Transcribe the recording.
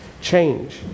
Change